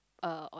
uh on